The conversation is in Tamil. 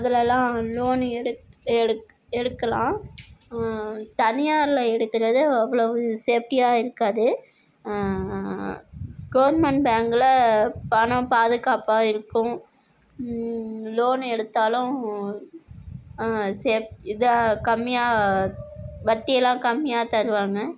அதுல எல்லாம் லோனு எடுத் எடுத் எடுக்கலாம் தனியாரில் எடுக்குறது அவ்வளவு சேஃப்டியாக இருக்காது கவர்மெண்ட் பேங்கில பணம் பாதுகாப்பாக இருக்கும் லோனு எடுத்தாலும் சேஃப் இதாக கம்மியாக வட்டியெல்லாம் கம்மியாக தருவாங்க